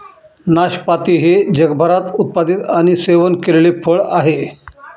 नाशपाती हे जगभरात उत्पादित आणि सेवन केलेले फळ आहे